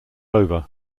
over